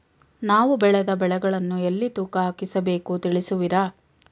ನಾವು ಬೆಳೆದ ಬೆಳೆಗಳನ್ನು ಎಲ್ಲಿ ತೂಕ ಹಾಕಿಸಬೇಕು ತಿಳಿಸುವಿರಾ?